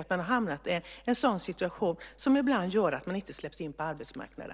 att man har hamnat i en sådan situation som ibland gör att man inte släpps in på arbetsmarknaden.